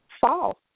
false